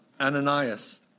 Ananias